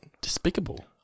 Despicable